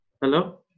Hello